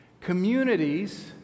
Communities